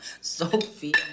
Sophia